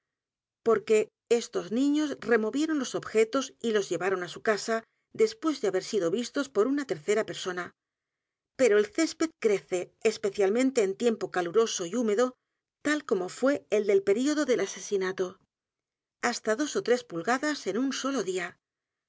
porque estos niños removieron los objetos y los llevaron a su casa después de haber sido vistos por una tercera persona pero el césped crece especialmente en tiempo caluroso y húmedo tal como fué el del período del asesinato hasta dos ó t r e s pulgadas en un solo día